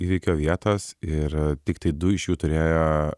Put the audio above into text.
įvykio vietos ir tiktai du iš jų turėjo